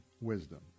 wisdom